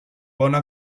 bona